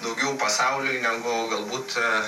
daugiau pasauliui negu galbūt